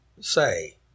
say